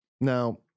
Now